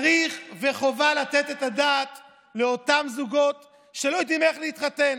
צריך וחובה לתת את הדעת על אותם זוגות שלא יודעים איך להתחתן.